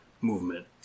movement